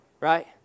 Right